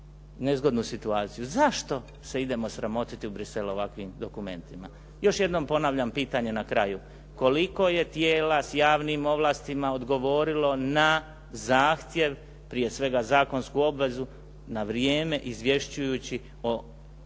nezgodnu situaciju, zašto se idemo sramotiti u Bruxelles ovakvim dokumentima? Još jednom ponavljam pitanje na kraju, koliko je tijela s javnim ovlastima odgovorilo na zahtjev prije svega zakonsku obvezu na vrijeme izvješćujući o